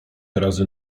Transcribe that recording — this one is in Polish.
razy